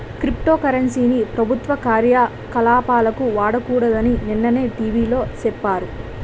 crypto currency ని ప్రభుత్వ కార్యకలాపాలకు వాడకూడదని నిన్ననే టీ.వి లో సెప్పారు